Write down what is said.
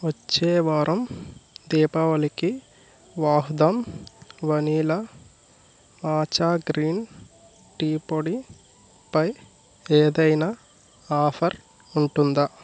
వచ్చే వారం దీపావళికి Vahdam vanilla matcha green tea పొడిపై ఏదైనా ఆఫర్ ఉంటుందా